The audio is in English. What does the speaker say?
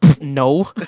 no